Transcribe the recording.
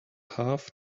half